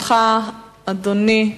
אדוני,